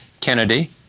Kennedy